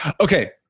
Okay